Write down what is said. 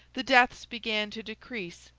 the deaths began to decrease,